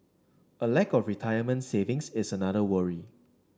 a lack of retirement savings is another worry